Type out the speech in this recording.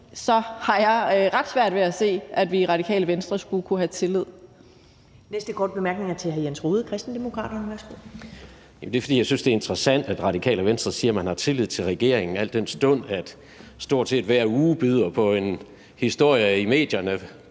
så har jeg ret svært ved at se, at vi i Radikale Venstre skulle kunne have tillid.